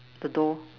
the door